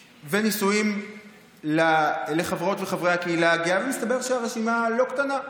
ונישואים לחברות וחברי הקהילה ומסתבר שהרשימה לא קטנה.